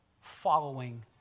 following